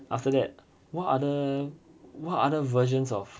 after that what other what other versions of